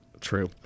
True